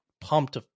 pumped